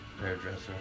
hairdresser